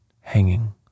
hanging